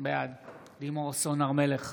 בעד לימור סון הר מלך,